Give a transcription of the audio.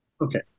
okay